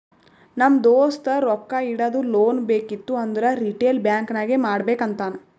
ನಮ್ ದೋಸ್ತ ರೊಕ್ಕಾ ಇಡದು, ಲೋನ್ ಬೇಕಿತ್ತು ಅಂದುರ್ ರಿಟೇಲ್ ಬ್ಯಾಂಕ್ ನಾಗೆ ಮಾಡ್ಬೇಕ್ ಅಂತಾನ್